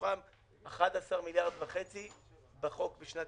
מתוכם 11.5 מיליארד בחוק בשנת